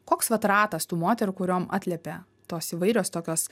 koks vat ratas tų moterų kuriom atliepia tos įvairios tokios